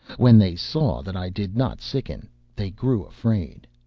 when they saw that i did not sicken they grew afraid.